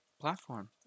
platform